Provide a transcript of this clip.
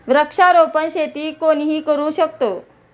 वृक्षारोपण शेती कोणीही करू शकतो